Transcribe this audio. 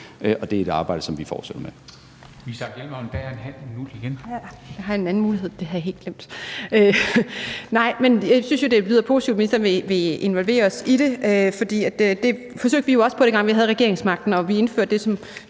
det er et arbejde, som vi fortsætter med.